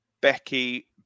becky